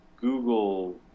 Google